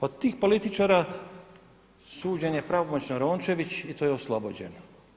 Od tih političara suđenje pravomoćno Rončević i to je oslobođeno.